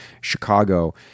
Chicago